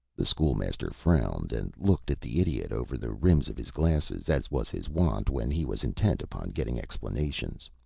the school-master frowned, and looked at the idiot over the rims of his glasses, as was his wont when he was intent upon getting explanations.